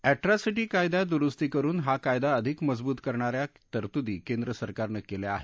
atrocity कायद्यात दुरुस्ती करून हा कायदा अधिक मजबूत करणाऱ्या तरतुदी केंद्र सरकारनं केल्या आहेत